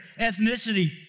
ethnicity